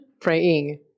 Praying